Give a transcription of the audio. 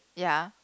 ya